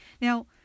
now